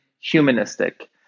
humanistic